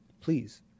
please